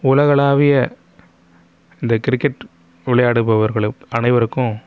உலகளாவிய இந்த கிரிக்கெட் விளையாடுபவர்கள் அனைவருக்கும்